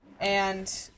and-